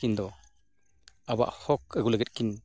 ᱩᱱᱠᱤᱱ ᱫᱚ ᱟᱵᱚᱣᱟᱜ ᱦᱚᱠ ᱟᱹᱜᱩ ᱞᱟᱹᱜᱤᱫ ᱠᱤᱱ